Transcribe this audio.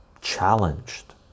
challenged